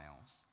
else